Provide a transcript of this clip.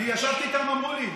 אני ישבתי איתם והם אמרו לי.